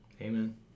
Amen